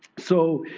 so,